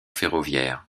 ferroviaire